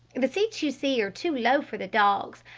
the seats you see are too low for the dogs.